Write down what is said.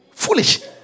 Foolish